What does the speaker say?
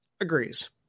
agrees